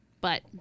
but-